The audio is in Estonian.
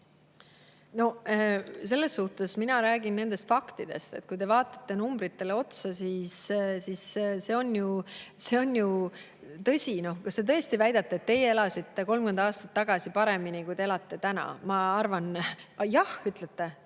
saate lugeda. No mina räägin faktidest. Kui te vaatate numbritele otsa, siis see on ju tõsi. Kas te tõesti väidate, et teie elasite 30 aastat tagasi paremini, kui te elate täna? Ma arvan … Ütlete